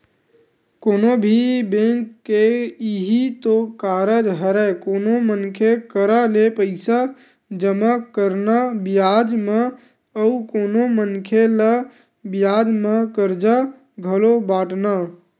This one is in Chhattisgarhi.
कोनो भी बेंक के इहीं तो कारज हरय कोनो मनखे करा ले पइसा जमा करना बियाज म अउ कोनो मनखे ल बियाज म करजा घलो बाटना